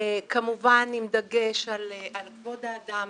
כמובן עם דגש על כבוד האדם.